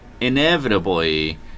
inevitably